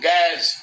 Guys